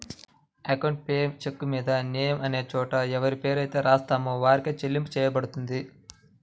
account payee చెక్కుమీద name అనే చోట ఎవరిపేరైతే రాత్తామో వారికే చెల్లింపు చెయ్యబడుతుంది